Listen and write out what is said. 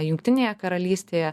jungtinėje karalystėje